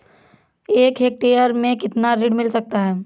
एक हेक्टेयर में कितना ऋण मिल सकता है?